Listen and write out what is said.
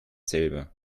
selber